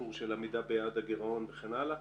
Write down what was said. הסיפור של עמידה ביעד הגירעון וכן הלאה,